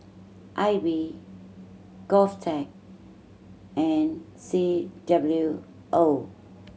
I B GovTech and C W O